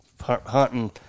hunting